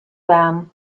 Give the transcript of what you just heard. them